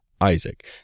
Isaac